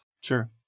Sure